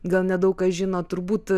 gal nedaug kas žino turbūt